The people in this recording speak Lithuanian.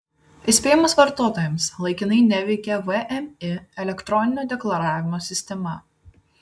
įspėjimas vartotojams laikinai neveikia vmi elektroninio deklaravimo sistema